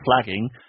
flagging